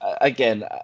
Again